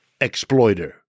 exploiter